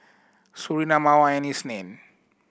Surinam Mawar and Isnin